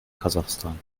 kasachstan